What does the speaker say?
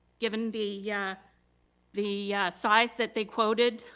given the yeah the size that they quoted,